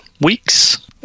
weeks